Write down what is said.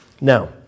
Now